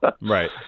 right